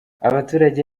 abaturage